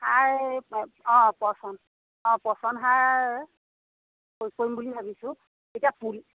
সাৰ এই অ' পচন অ' পচন সাৰ প্ৰয়োগ কৰিম বুলি ভাবিছো এতিয়া পুল